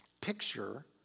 picture